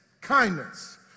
kindness